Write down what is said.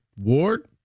Ward